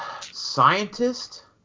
Scientist